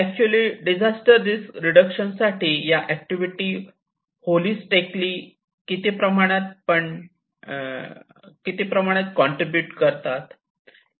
actually disaster risk reduction साठी या activity holistically किती प्रमाणात पण ट्रिब्यूट करतात